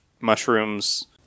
mushrooms